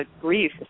grief